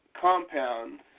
compounds